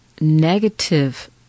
negative